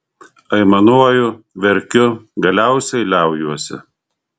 aimanuoju verkiu galiausiai liaujuosi